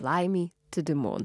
laimei teigimu